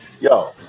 yo